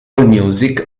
allmusic